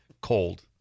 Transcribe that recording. Cold